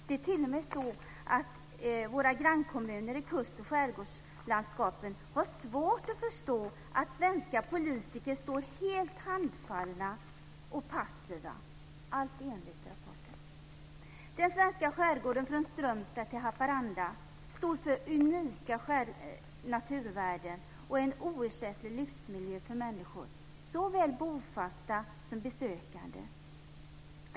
Det är t.o.m. så att våra grannlandskommuner i kust och skärgårdslandskapen har svårt att förstå att svenska politiker står helt handfallna och passiva - Den svenska skärgården, från Strömstad till Haparanda, står för unika naturvärden och en oersättlig livsmiljö för människor, såväl bofasta som besökande.